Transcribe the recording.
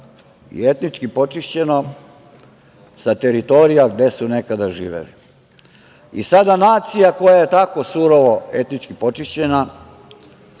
je etnički počišćeno sa teritorija gde su nekada živeli. Sada se nacija koja je tako surovo etnički počišćena